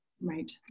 Right